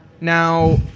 now